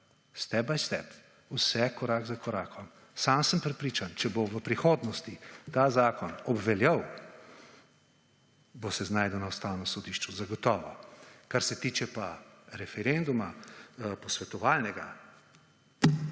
steb by step, vse korak za korakom. Sam sem prepričan, če bo v prihodnosti ta zakon obveljal, se bo znašel na Ustavnem sodišču zagotovo. Kar se tiče pa referenduma, posvetovalnega,